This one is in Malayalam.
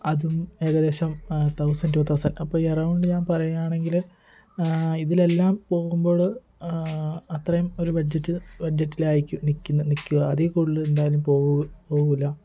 അതും ഏകദേശം തൌസൻ്റ് റ്റു തൌസൻ്റ് അപ്പോൾ എറൌണ്ട് ഞാൻ പറയുകയാണെങ്കില് ഇതിലെല്ലാം പോകുമ്പോഴ് അത്രയും ഒരു ബഡ്ജറ്റ് ബഡ്ജറ്റിലായിരിക്കും നിൽക്കുന്നത് നിൽക്കുക അതിൽ കൂടുതല് എന്തായാലും പോകില്ല